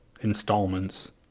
installments